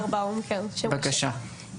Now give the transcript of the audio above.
בבקשה.